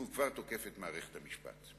והוא כבר תוקף את מערכת המשפט.